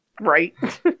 right